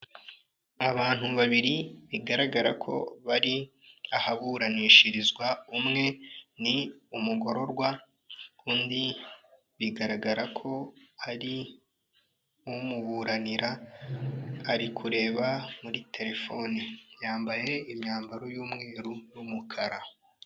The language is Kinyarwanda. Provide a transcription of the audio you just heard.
Abantu babiri bigaragara ko bari ahaburanishirizwa umwe ni umugororwa undi bigaragara ko ari umuburanira ari kureba muri telefoni, yambaye imyambaro y'umweru n'umukara.